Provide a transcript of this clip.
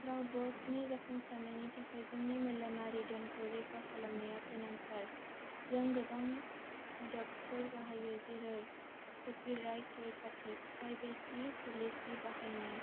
क्लाउडवर्क्सनि जाफुंसारनायनि थाखाय जोंनि मेलेमारि धोनखौ रैखा खालामनाया गोनांथार जों गोबां आदबफोर बाहायो जेरै कपिराइट रैखाथि प्राइभेसि पलिसि बाहायनाय